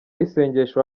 y’isengesho